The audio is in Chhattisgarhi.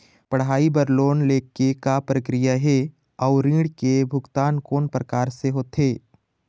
पढ़ई बर लोन ले के का प्रक्रिया हे, अउ ऋण के भुगतान कोन प्रकार से होथे?